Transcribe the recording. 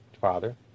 Father